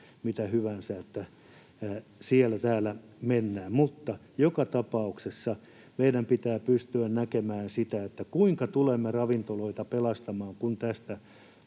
mitä hyvänsä, että siellä täällä mennään. Mutta joka tapauksessa meidän pitää pystyä näkemään, kuinka tulemme ravintoloita pelastamaan, kun tästä